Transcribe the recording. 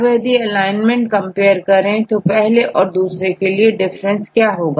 अब यदि alignment compare करें पहले और दूसरे के लिए तो डिफरेंस क्या होगा